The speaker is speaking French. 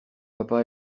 papa